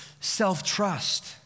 self-trust